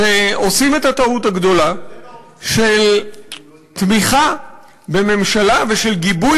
שעושים את הטעות הגדולה של תמיכה בממשלה ושל גיבוי